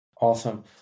Awesome